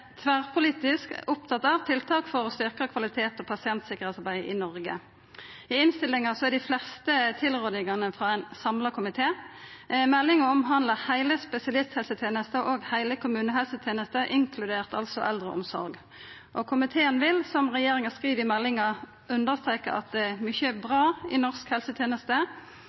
tverrpolitisk opptatt av tiltak for å styrkja kvalitets- og pasientsikkerheitsarbeidet i Noreg. I innstillinga er dei fleste tilrådingane frå ein samla komité. Meldinga handlar om heile spesialisthelsetenesta og heile kommunehelsetenesta inkludert eldreomsorg, og komiteen vil, som regjeringa skriv i meldinga, understreka at mykje er bra i norsk helseteneste.